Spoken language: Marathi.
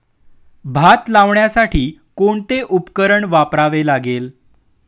भात लावण्यासाठी कोणते उपकरण वापरावे लागेल?